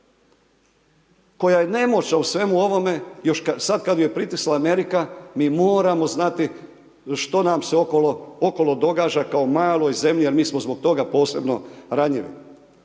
koja je nemoćna u svemu ovome, još sada kada je pritisla Amerika, mi moramo znati što nam se okolo događa, kao maloj zemlji, jer mi smo zbog toga posebno ranjivi.